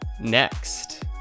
next